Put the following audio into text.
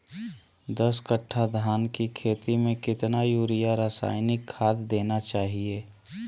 दस कट्टा धान की खेती में कितना यूरिया रासायनिक खाद देना चाहिए?